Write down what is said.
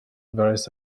varies